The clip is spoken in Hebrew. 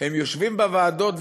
הם יושבים בוועדות ושותקים.